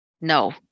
No